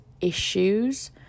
issues